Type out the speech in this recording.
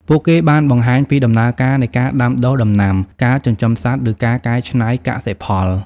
ពួកគេបានបង្ហាញពីដំណើរការនៃការដាំដុះដំណាំ ការចិញ្ចឹមសត្វ ឬការកែច្នៃកសិផល។